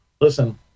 listen